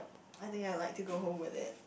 I think I would like to go home with it